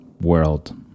world